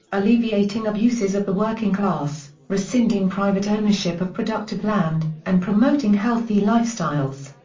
alleviating abuses of the working class, rescinding private ownership of productive land, and promoting healthy lifestyles.